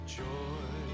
joy